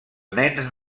nens